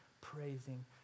praising